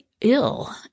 ill